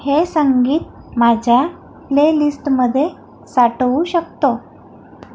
हे संगीत माझ्या प्लेलिस्टमध्ये साठवू शकतो